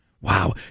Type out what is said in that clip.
Wow